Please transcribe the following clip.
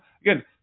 Again